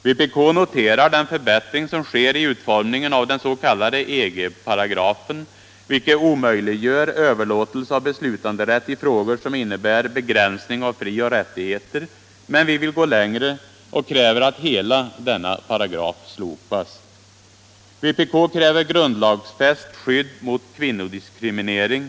Vpk noterar den förbättring som sker i utformningen av den s.k. EG paragrafen, vilket omöjliggör överlåtelse av beslutanderätt i frågor som innebär begränsning av frioch rättigheter, men vi vill gå längre och kräver att hela denna paragraf slopas. Vpk kräver grundlagsfäst skydd mot kvinnodiskriminering.